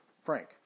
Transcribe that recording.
frank